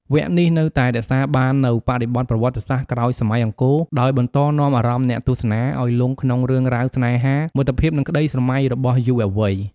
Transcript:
វគ្គនេះនៅតែរក្សាបាននូវបរិបទប្រវត្តិសាស្ត្រក្រោយសម័យអង្គរ ដោយបន្តនាំអារម្មណ៍អ្នកទស្សនាឱ្យលង់ក្នុងរឿងរ៉ាវស្នេហា មិត្តភាព និងក្ដីស្រមៃរបស់យុវវ័យ។